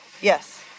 Yes